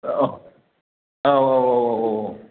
औ औ औ औ औ औ